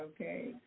Okay